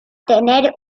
tener